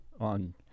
on